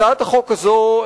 הצעת החוק הזאת,